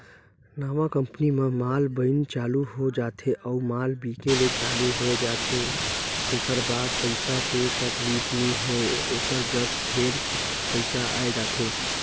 नवा कंपनी म माल बइन चालू हो जाथे अउ माल बिके ले चालू होए जाथे तेकर बाद पइसा के तकलीफ नी होय ओकर जग फेर पइसा आए जाथे